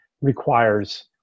requires